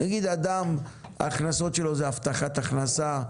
נגיד ההכנסות של אדם זה הבטחת הכנסה,